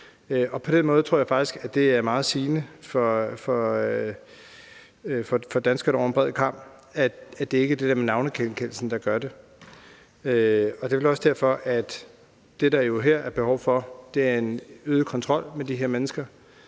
På den måde tror jeg faktisk, at det er meget sigende for danskerne over en bred kam, at det ikke er det med navnegenkendelsen, der gør det, og det er vel også derfor, at det, der her er behov for, er en øget kontrol med de her mennesker,